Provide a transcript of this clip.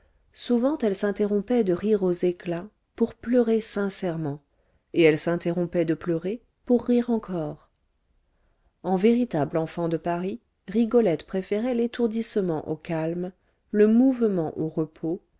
souvent elle s'interrompait de rire aux éclats pour pleurer sincèrement et elle s'interrompait de pleurer pour rire encore en véritable enfant de paris rigolette préférait l'étourdissement au calme le mouvement au repos